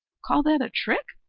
call that a trick?